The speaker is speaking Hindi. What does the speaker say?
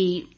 हैलीकॉप्टर मांग